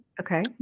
Okay